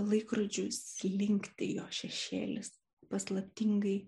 laikrodžiu slinkti jo šešėlis paslaptingai